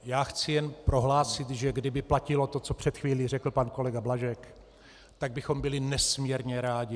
Já chci jen prohlásit, že kdyby platilo to, co před chvílí řekl pan kolega Blažek, tak bychom byli nesmírně rádi.